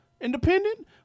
independent